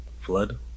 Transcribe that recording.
Flood